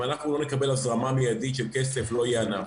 אם אנחנו לא נקבל הזרמה מידית של כסף לא יהיה ענף.